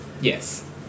Yes